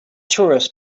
tourists